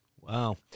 Wow